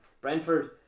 Brentford